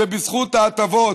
זה בזכות ההטבות.